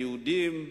ליהודים,